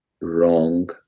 Wrong